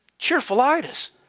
Cheerfulitis